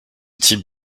type